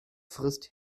frisst